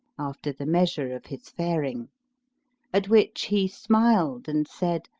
after the measure of his faring at which he smiled and said,